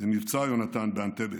במבצע יהונתן באנטבה.